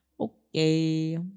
Okay